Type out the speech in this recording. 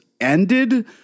ended